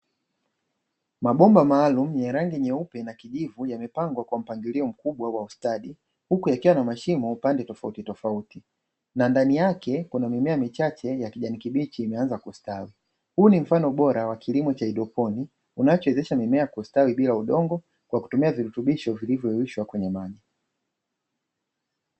Mabomba maalumu yenye rangi ya nyeupe na kijivu, yakiwa yamepangwa kwa mpangilio mkubwa wa ustadi, huku yakiwa na mashimo ya aina tofautitofauti. Huku juu yake kuna mimea michache ya kijani kibichi inayostawi. Huu ni mfano bora wa kilimo cha haidroponi kinachowezesha mimea kustawi bila kutumia udongo kwa kutumia virutubisho vilivyoyeyushwa kwenye maji.